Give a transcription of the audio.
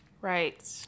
Right